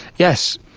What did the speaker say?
yes.